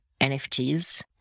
nfts